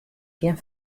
gjin